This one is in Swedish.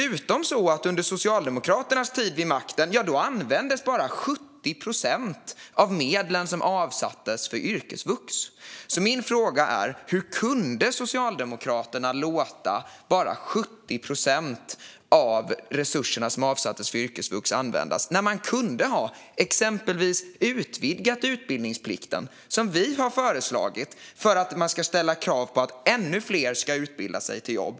Under Socialdemokraternas tid vid makten användes bara 70 procent av medlen som avsattes för yrkesvux. Min fråga är: Hur kunde Socialdemokraterna låta bara 70 procent av resurserna som avsattes för yrkesvux användas när man exempelvis hade kunnat utvidga utbildningsplikten, som vi moderater har föreslagit, för att ställa krav på att ännu fler ska utbilda sig till jobb?